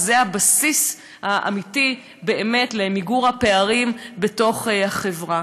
וזה הבסיס האמיתי באמת למיגור הפערים בחברה.